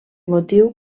motiu